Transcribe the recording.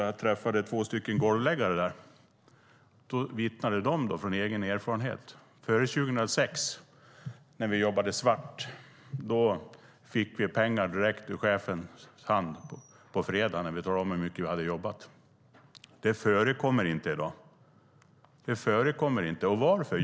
Jag träffade två golvläggare där som vittnade utifrån egen erfarenhet: Före 2006, när vi jobbade svart, fick vi pengar direkt ur chefens hand på fredag när vi talade om hur mycket vi hade jobbat. Det förekommer inte i dag. Det förekommer inte. Varför?